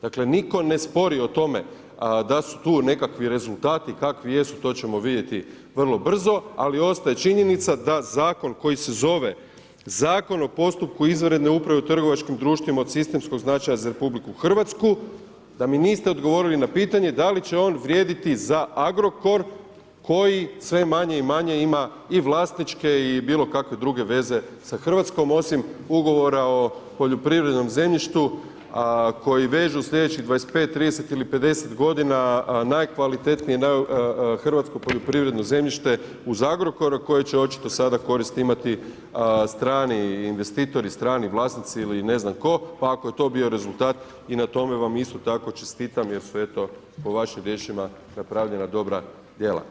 Dakle nitko ne spori o tome da su tu nekakvi rezultati, kakvi jesu, to ćemo vidjeti vrlo brzo, ali ostaje činjenica da zakon koji se zove Zakon o postupku izvanredne uprave o trgovačkim društvima od sistemskog značaja za RH, da mi niste odgovorili na pitanje da li će on vrijediti za Agrokor koji sve manje i manje ima i vlasničke i bilo kakve druge veze sa Hrvatskom osim ugovora o poljoprivrednom zemljištu koji vežu u sljedećih 25, 30 ili 50 godina najkvalitetnije hrvatsko poljoprivredno zemljište uz Agrokor koje će očito sada koristi imati strani investitori, strani vlasnici ili ne znam tko, pa ako je to bio rezultat i na tome vam isto tako čestitam jer su eto po vašim riječima napravljena dobra djela.